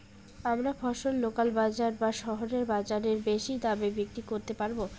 আমরা ফসল লোকাল বাজার না শহরের বাজারে বেশি দামে বিক্রি করতে পারবো?